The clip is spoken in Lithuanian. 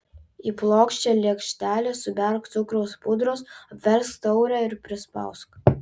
į plokščią lėkštelę suberk cukraus pudros apversk taurę ir prispausk